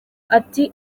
ati